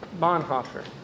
Bonhoeffer